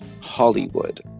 Hollywood